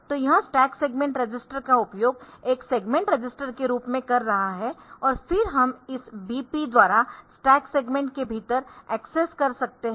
तो यह stack segment register का उपयोग एक सेगमेंट रजिस्टर के रूप में कर रहा है और फिर हम इस BP द्वारा स्टैक सेगमेंट के भीतर एक्सेस कर सकते है